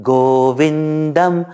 Govindam